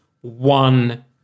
one